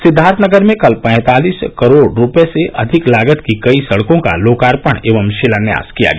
सिद्वार्थनगर में कल पैंतालिस करोड़ रूपये से अधिक लागत की कई सड़कों का लोकार्पण एवं शिलान्यास किया गया